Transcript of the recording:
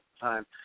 time